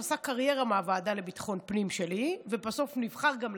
שעשה קריירה מוועדת הביטחון שלי ובסוף גם נבחר לשר.